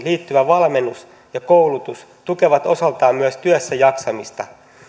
liittyvä valmennus ja koulutus tukevat osaltaan myös työssäjaksamista